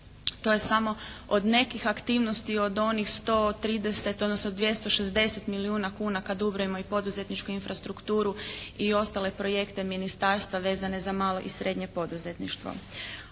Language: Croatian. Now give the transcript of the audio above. To je samo od nekih aktivnosti od onih 130, odnosno 260 milijuna kuna kad ubrojimo i poduzetničku infrastrukturu i ostale projekte ministarstva vezane za malo i srednje poduzetništvo.